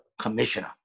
Commissioner